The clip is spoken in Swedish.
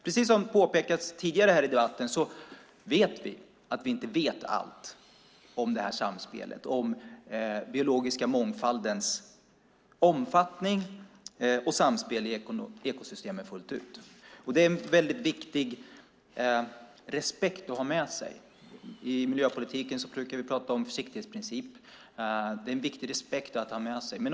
Precis som påpekats tidigare i debatten vet vi att vi inte vet allt om det här samspelet, om den biologiska mångfaldens omfattning och samspelet med ekosystemen. I miljöpolitiken brukar vi prata om försiktighetsprincip. Det är en viktig respekt att ha med sig.